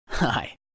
Hi